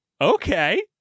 Okay